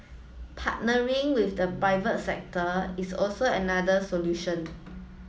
partnering with the private sector is also another solution